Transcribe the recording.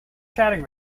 chatting